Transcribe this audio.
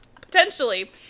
Potentially